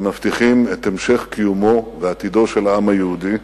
הם מבטיחים את המשך קיומו ואת עתידו של העם היהודי,